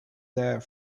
there